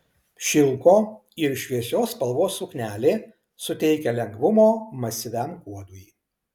šilko ir šviesios spalvos suknelė suteikia lengvumo masyviam kuodui